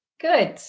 Good